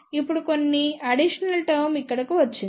ఇప్పుడు కొన్ని additional term ఇక్కడకు వచ్చింది